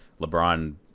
LeBron